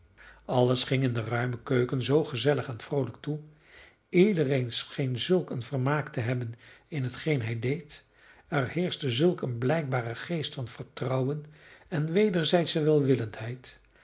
alles ging in de ruime keuken zoo gezellig en vroolijk toe iedereen scheen zulk een vermaak te hebben in hetgeen hij deed er heerschte zulk een blijkbare geest van vertrouwen en wederzijdsche welwillendheid zelfs